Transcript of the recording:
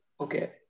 okay